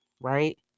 right